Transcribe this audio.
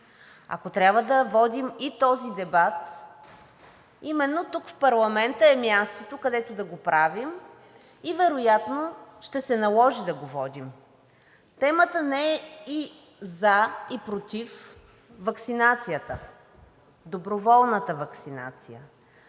Ако трябва да водим и този дебат – именно тук, в парламента, е мястото, където да го правим, и вероятно ще се наложи да го водим. Темата не е и за и против ваксинацията – доброволната ваксинация.